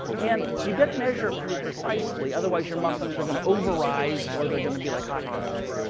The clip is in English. and you'd better measure it pretty precisely, otherwise your muffins are going to over-rise, or they're going to be like hockey pucks.